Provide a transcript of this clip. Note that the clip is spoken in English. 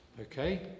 Okay